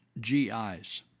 GIs